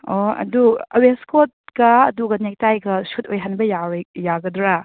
ꯑꯣ ꯑꯗꯨ ꯋꯦꯁ ꯀꯣꯠꯀ ꯑꯗꯨꯒ ꯅꯦꯛ ꯇꯥꯏꯒ ꯁꯨꯠ ꯑꯣꯏꯍꯟꯕ ꯌꯥꯒꯗ꯭ꯔꯥ